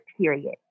period